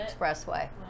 expressway